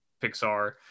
Pixar